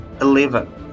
Eleven